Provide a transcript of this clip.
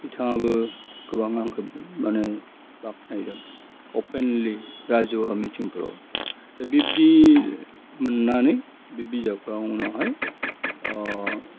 बिथांआबो गोबां आंखो माने बाख्नायदों अफेनलि राजुआ मिथिंफोराव बिब्दि मोननानै बे बिजाबखौ आं उनावहाय अह